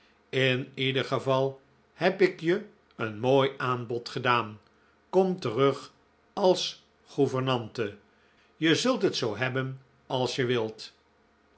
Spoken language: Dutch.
in ieder geval heb ik je een mooi aanbod gedaan kom terug als gouvernante je zult het zoo hebben als je wilt